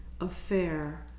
affair